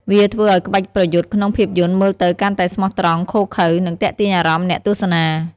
វាធ្វើឲ្យក្បាច់ប្រយុទ្ធក្នុងភាពយន្តមើលទៅកាន់តែស្មោះត្រង់ ឃោរឃៅ និងទាក់ទាញអារម្មណ៍អ្នកទស្សនា។